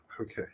Okay